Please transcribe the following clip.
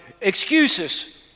excuses